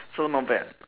so not bad